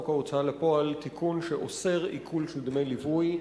ההוצאה לפועל שאוסר עיקול של דמי ליווי,